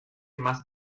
más